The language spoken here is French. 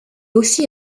aussi